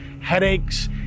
headaches